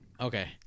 Okay